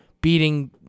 beating